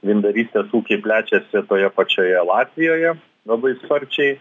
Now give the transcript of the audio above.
vyndarystės ūkiai plečiasi toje pačioje latvijoje labai sparčiai